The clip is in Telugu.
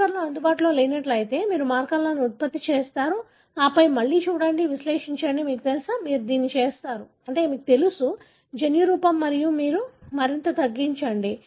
మార్కర్లు అందుబాటులో లేనట్లయితే మీరు మార్కర్లను ఉత్పత్తి చేస్తారు ఆపై మళ్లీ చూడండి విశ్లేషించండి మీకు తెలుసా మీరు దీన్ని చేస్తారు మీకు తెలుసు జన్యురూపం మరియు మీరు మరింత తగ్గించండి